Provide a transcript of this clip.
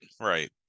Right